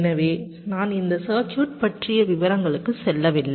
எனவே நான் இந்த சர்க்யூட் பற்றிய விவரங்களுக்கு செல்லவில்லை